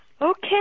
Okay